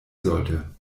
sollte